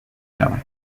شود